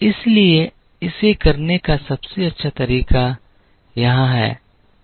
इसलिए इसे करने का सबसे अच्छा तरीका यहां है